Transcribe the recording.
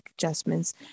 adjustments